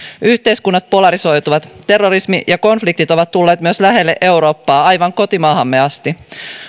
yhteiskunnat polarisoituvat terrorismi ja konfliktit ovat tulleet myös lähelle eurooppaa aivan kotimaahamme asti